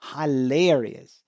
hilarious